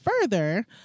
further